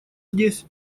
здесь